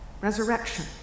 Resurrection